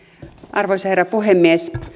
arvoisa herra puhemies